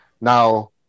Now